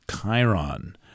Chiron